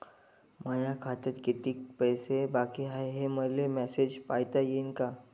माया खात्यात कितीक पैसे बाकी हाय, हे मले मॅसेजन पायता येईन का?